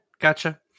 gotcha